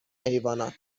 حیوانات